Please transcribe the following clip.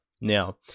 Now